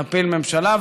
נפיל ממשלה.